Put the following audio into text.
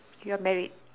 you're married